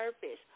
purpose